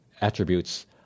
attributes